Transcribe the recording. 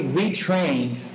retrained